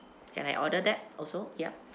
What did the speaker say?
can I order that also ya